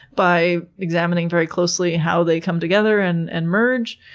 by examining very closely how they come together and and merge.